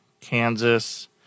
Kansas